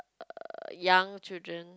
uh young children